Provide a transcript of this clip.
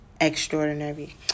Extraordinary